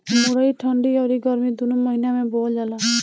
मुरई ठंडी अउरी गरमी दूनो महिना में बोअल जाला